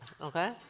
okay